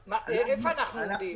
אייל, איפה אנחנו עומדים?